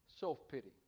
Self-pity